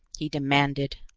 he demanded.